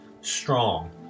strong